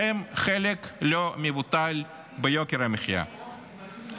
שהן חלק לא מבוטל מיוקר המחיה.